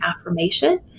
affirmation